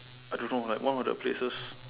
I don't know like one of the places